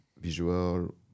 visual